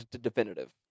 definitive